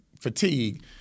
fatigue